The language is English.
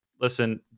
listen